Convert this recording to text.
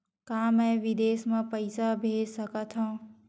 का मैं विदेश म पईसा भेज सकत हव?